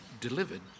delivered